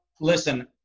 listen